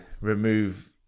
remove